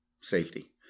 safety